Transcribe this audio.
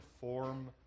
form